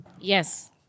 Yes